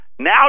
Now